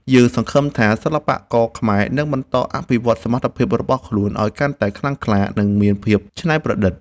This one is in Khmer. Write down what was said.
យើងសង្ឃឹមថាសិល្បករខ្មែរនឹងបន្តអភិវឌ្ឍសមត្ថភាពរបស់ខ្លួនឱ្យកាន់តែខ្លាំងក្លា និង មានភាពច្នៃប្រឌិត។